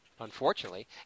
unfortunately